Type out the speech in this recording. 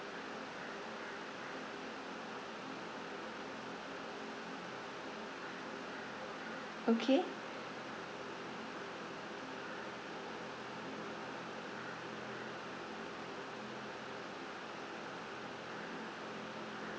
okay